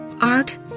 art